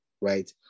right